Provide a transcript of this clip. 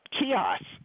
kiosks